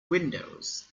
windows